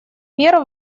мер